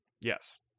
Yes